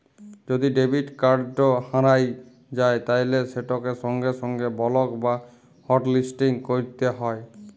যদি debit card হারাঁয় যায় তাইলে সেটকে সঙ্গে সঙ্গে বলক বা হটলিসটিং ক্যইরতে হ্যয়